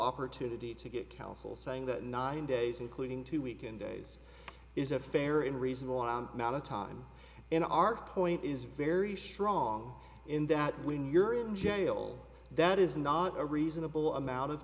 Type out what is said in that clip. opportunity to get counsel saying that nine days including two weekend days is a fair and reasonable and amount of time in our point is very strong in that when you're in jail that is not a reasonable amount of